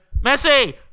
Messi